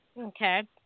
Okay